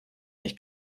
nicht